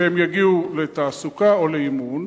כשהם יגיעו לתעסוקה או לאימון,